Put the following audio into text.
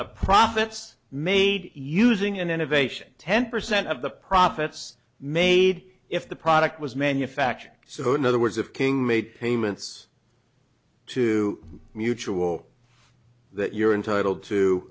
the profits made using an innovation ten percent of the profits made if the product was manufactured so in other words of king made payments to mutual that you're entitled to